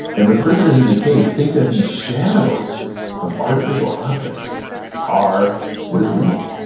and the prisoners in the cave think that these shadows of artificial objects are what is real.